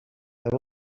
there